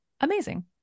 amazing